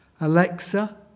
Alexa